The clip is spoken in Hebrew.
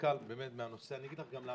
מתוסכל מהנושא, ואגיד לך גם למה.